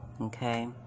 okay